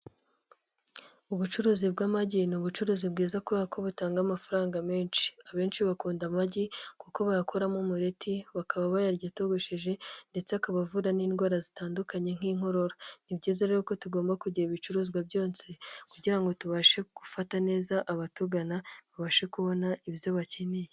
Ubucuruzi bw'amage ni ubucuruzi bwiza kuberako batanga amafaranga menshi ,abenshi bakunda amagi kuko bayakoramo umuleti bakaba bayarya atogosheje ndetse akabavura n'indwara zitandukanye nk'inkorora, ni byiza rero ko tugomba kugira ibicuruzwa byose kugira ngo tubashe gufata neza abatugana babashe kubona ibyo bakeneye.